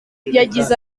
yagize